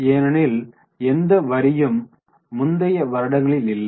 ஏனெனில் எந்த வரியும் முந்தைய வருடங்களில் இல்லை